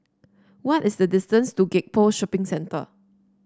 what is the distance to Gek Poh Shopping Centre